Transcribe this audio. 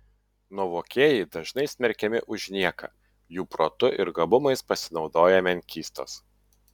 nuovokieji dažnai smerkiami už nieką jų protu ir gabumais pasinaudoja menkystos